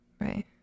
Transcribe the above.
right